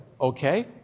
okay